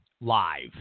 live